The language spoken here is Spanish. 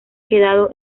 quedado